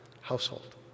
household